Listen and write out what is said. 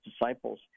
disciples